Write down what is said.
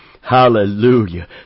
Hallelujah